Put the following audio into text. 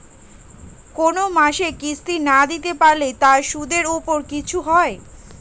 কোন মাসের কিস্তি না দিতে পারলে তার সুদের উপর কিছু হয়?